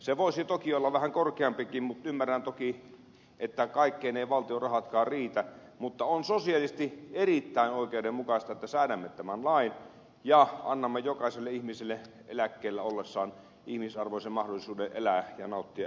se voisi toki olla vähän korkeampikin mutta ymmärrän toki että kaikkeen eivät valtion rahatkaan riitä mutta on sosiaalisesti erittäin oikeudenmukaista että säädämme tämän lain ja annamme jokaiselle ihmiselle eläkkeellä ollessaan ihmisarvoisen mahdollisuuden elää ja nauttia eläkepäivistään